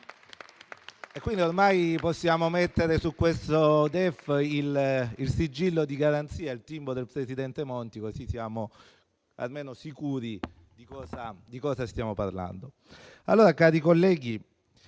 Ormai possiamo mettere su questo DEF il sigillo di garanzia, il timbro del presidente Monti, così siamo almeno sicuri di cosa stiamo parlando.